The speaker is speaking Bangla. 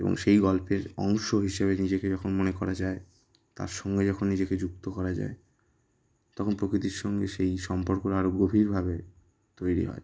এবং সেই গল্পের অংশ হিসেবে নিজেকে যখন মনে করা যায় তার সঙ্গে যখন নিজেকে যুক্ত করা যায় তখন প্রকৃতির সঙ্গে সেই সম্পর্ক আরো গভীরভাবে তৈরি হয়